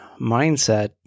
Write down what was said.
mindset